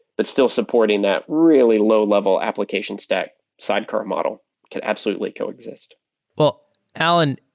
but still supporting that really low-level application stack side car model can absolutely co-exist well alan,